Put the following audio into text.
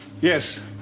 Yes